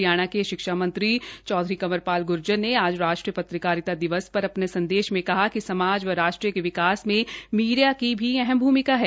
हरियाणा के शिक्षामंत्री चौधरी कंवरपाल ग्र्जर ने आज राष्ट्रीय पत्रकारिता दिवस पर अपने संदेश में कहा कि समाज व राष्ट्र के विकास में मीडिया की भी अहम भूमिका है